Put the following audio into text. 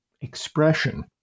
expression